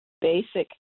basic